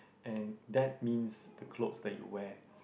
and that means the clothes that you wear